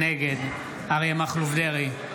נגד אריה מכלוף דרעי,